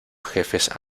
jefes